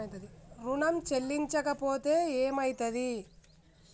ఋణం చెల్లించకపోతే ఏమయితది?